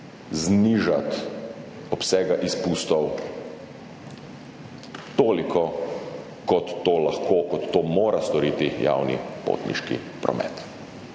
znižati obsega izpustov toliko, kot to lahko oziroma kot to mora storiti javni potniški promet.